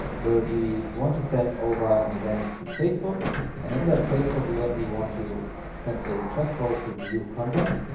where we want to send over an event to facebook and in that facebook event, we want to send a track called to view content.